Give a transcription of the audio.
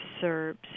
Serbs